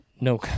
no